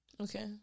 Okay